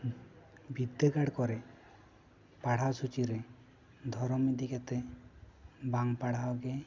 ᱵᱤᱨᱫᱟᱹᱜᱟᱲ ᱠᱚᱨᱮ ᱯᱟᱲᱦᱟᱣ ᱥᱩᱪᱤ ᱨᱮ ᱫᱷᱚᱨᱚᱢ ᱤᱫᱤ ᱠᱟᱛᱮ ᱵᱟᱝ ᱯᱟᱲᱦᱟᱣ ᱜᱮ